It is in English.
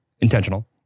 intentional